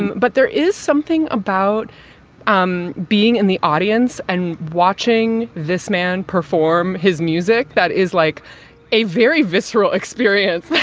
but there is something about um being in the audience and watching this man perform his music that is like a very visceral experience.